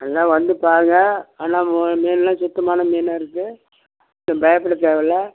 நல்லா வந்து பாருங்க ஆனால் மீனெலாம் சுத்தமான மீனாக இருக்குது பயப்பட தேவையில்ல